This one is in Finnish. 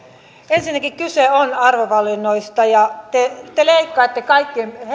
ensinnäkin kyse on arvovalinnoista ja te te leikkaatte kaikkein